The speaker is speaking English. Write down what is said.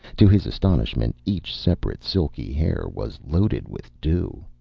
to his astonishment each separate, silky hair was loaded with dew.